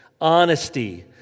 Honesty